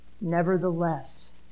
nevertheless